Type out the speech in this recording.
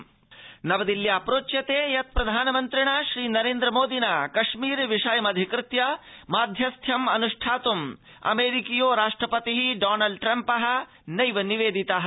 विदेशमन्त्रालयः ट्म्पः नवदिल्ल्या प्रोच्यते यत् प्रधानमन्त्रिणा श्रीनरेन्द्र मोदिना कश्मीर विषयमधिकृत्य माध्यस्थ्यमनष्ठातुम् अमेरिकीयो राष्ट्रपतिः डॉनल्ड ट्रम्पः नैव निवेदितः